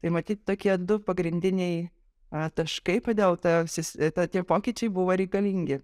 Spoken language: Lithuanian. tai matyt tokie du pagrindiniai a taškai padelta sis a ta tie pkyčiai buvo reikalingi